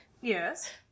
Yes